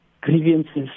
grievances